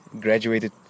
graduated